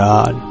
God